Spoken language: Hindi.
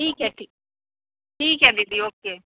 ठीक है ठीक ठीक है दीदी ओके